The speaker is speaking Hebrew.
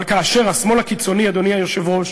אבל כאשר השמאל הקיצוני, אדוני היושב-ראש,